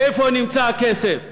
איפה נמצא הכסף.